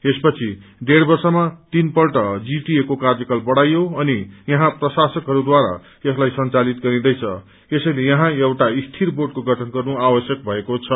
यसपछि डेढ़ वर्षमा तीनपल्ट जीटीए को कार्यकाल बढ़ाइयो अनि यहाँ प्रशासकहरूद्वारा यसलाई संचालित गरिँदैछ यसैले यहाँ एउटा स्थिर बोर्डको गठन गर्नु आवश्यक भएको छ